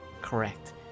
correct